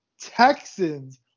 Texans